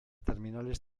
terminales